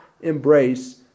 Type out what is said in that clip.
embrace